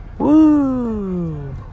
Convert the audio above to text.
Woo